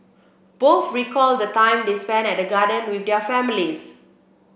both recalled the times they spent at the gardens with their families